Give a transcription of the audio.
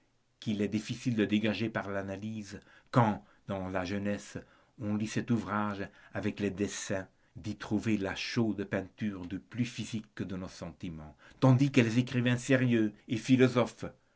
qu'il est difficile de dégager par l'analyse quand dans la jeunesse on lit cet ouvrage avec le dessein d'y trouver la chaude peinture du plus physique de nos sentiments tandis que les écrivains sérieux et philosophes